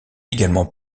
également